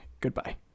Goodbye